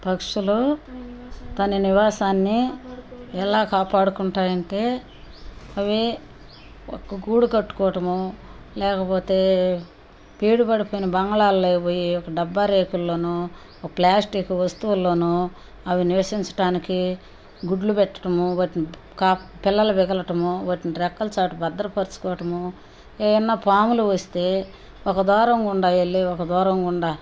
పక్షులు తమ నివాసాన్ని ఎలా కాపాడుకుంటాయి అంటే అవీ ఒక గూడు కట్టుకోవటమో లేకపోతే పీడు పడిపోయిన బంగ్లాలోకి పోయి ఒక డబ్బా రేకుల్లోనూ ఒక్ ప్లాస్టిక్ వస్తువుల్లోనూ అవి నివసించటానికి గుడ్లు పెట్టటము వాటిని కా పిల్లలు పగలటము వాటిని రెక్కల చాటు భద్రపరుచుకోవటము ఏవన్న పాములు వస్తే ఒక ద్వారం గుండ వెళ్ళి ఒక ద్వారం గుండా